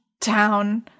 Town